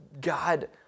God